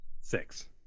Six